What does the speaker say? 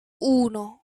uno